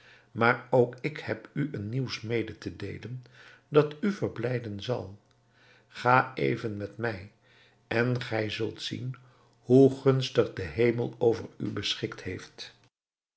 maar ook ik heb u een nieuws mede te deelen dat u verblijden zal ga even met mij en gij zult zien hoe gunstig de hemel over u beschikt heeft